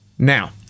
Now